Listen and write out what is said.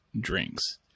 drinks